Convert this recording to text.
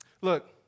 Look